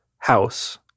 House